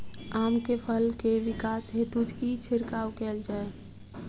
आम केँ फल केँ विकास हेतु की छिड़काव कैल जाए?